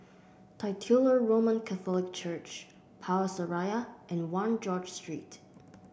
Titular Roman Catholic Church Power Seraya and One George Street